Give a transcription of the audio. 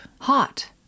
Hot